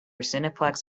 cineplex